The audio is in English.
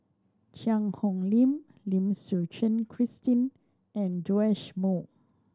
Cheang Hong Lim Lim Suchen Christine and Joash Moo